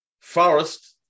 Forest